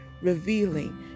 revealing